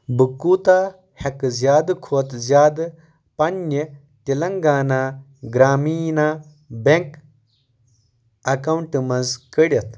بہٕ کوٗتاہ ہیٚکہٕ زِیٛادٕ کھۄتہٕ زِیٛادٕ پنِنہِ تلنٛگانا گرٛامیٖنا بیٚنٛک اکاونٹہٕ منٛز کٔڑِتھ